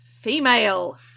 female